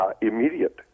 immediate